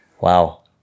Wow